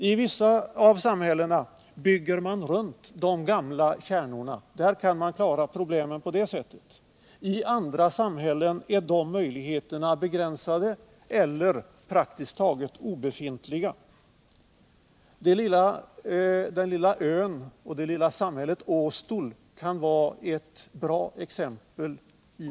I vissa av samhällena bygger man runt de gamla kärnorna. Där kan man klara problemen på det sättet. I andra samhällen är de möjligheterna begränsade eller praktiskt taget obefintliga. Det lilla ösamhället Åstol kan i det sammanhanget utgöra ett bra exempel.